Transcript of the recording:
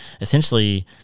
essentially